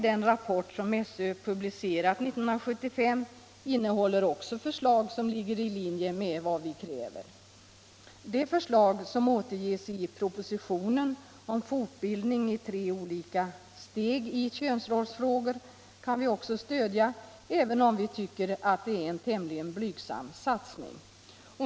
Den rapport som SÖ publicerade 1975 innehåller också förslag som ligger 79 i linje med vad vi kräver. Förslaget i propositionen om fortbildning i tre olika steg i könsrollsfrågor kan vi också stödja, även om vi tycker att det är en tämligen blygsam satsning.